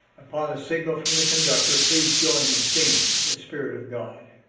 upon a signal from the conductor, please join in singing the spirit of god.